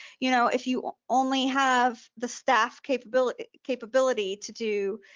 you know if you only have the staff capability capability to do